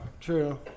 True